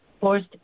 forced